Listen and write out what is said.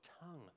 tongue